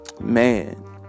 man